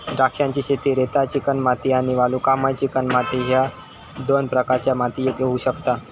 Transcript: द्राक्षांची शेती रेताळ चिकणमाती आणि वालुकामय चिकणमाती ह्य दोन प्रकारच्या मातीयेत होऊ शकता